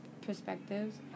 perspectives